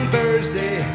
Thursday